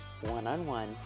one-on-one